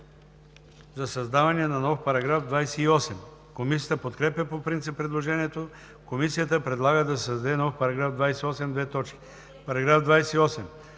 за създаване на нов § 28. Комисията подкрепя по принцип предложението. Комисията предлага да се създаде нов § 28: „§ 28.